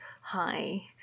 hi